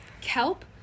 Kelp